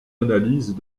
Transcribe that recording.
analyses